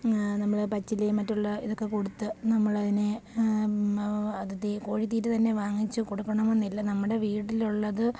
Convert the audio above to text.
നമ്മൾ പച്ചിലയും മറ്റുള്ള ഇതൊക്കെ കൊടുത്ത് നമ്മൾ അതിനെ അത് കോഴിത്തീറ്റ തന്നെ വാങ്ങിച്ചു കൊടുക്കണം എന്നില്ല നമ്മുടെ വീട്ടിൽ ഉള്ളത്